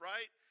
Right